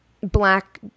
black